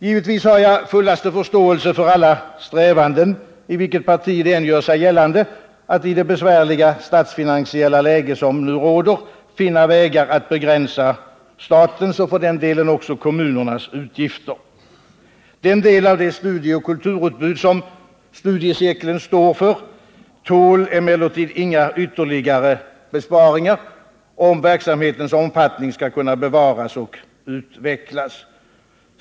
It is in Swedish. Givetvis har jag full förståelse för alla strävanden — i vilket parti de än gör sig gällande —att i det besvärliga statsfinansiella läge som nu råder finna vägar att begränsa statens och för den delen också kommunernas utgifter. Den del av studieoch kulturutbudet som studiecirkeln står för tål emellertid inga ytterligare besparingar, om verksamhetens omfattning skall kunna bevaras och utvecklas.